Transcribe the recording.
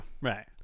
Right